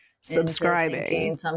subscribing